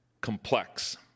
complex